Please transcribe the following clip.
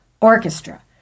orchestra